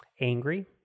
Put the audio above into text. angry